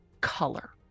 color